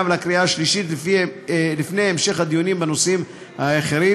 ולקריאה שלישית לפני המשך הדיונים בנושאים האחרים.